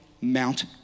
Mount